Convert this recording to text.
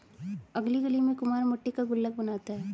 अगली गली में कुम्हार मट्टी का गुल्लक बनाता है